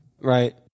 Right